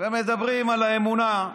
ומדברים על האמונה.